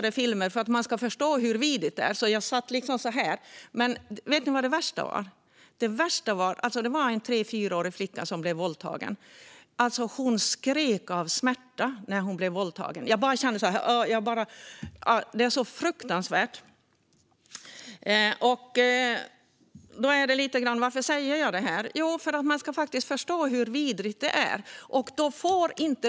För att ni ska förstå hur vidrigt det är kan jag berätta att jag satt med händerna för ansiktet. Men vet ni vad det värsta var? Det värsta var en tre eller fyraårig flicka som blev våldtagen. Hon skrek av smärta när hon blev våldtagen. Det är så fruktansvärt. Varför säger jag då det här? Jo, för att människor ska förstå hur vidrigt det är.